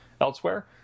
elsewhere